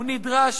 הוא נדרש,